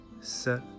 set